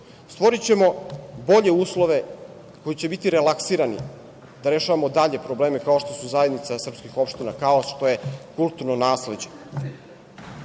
Stvorićemo bolje uslove koji će biti relaksirani da rešavamo dalje probleme, kao što su Zajednica srpskih opština, kao što je kulturno nasleđe.U